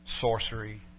sorcery